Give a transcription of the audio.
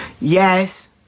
Yes